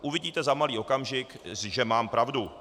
Uvidíte za malý okamžik, že mám pravdu.